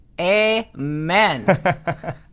amen